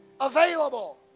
available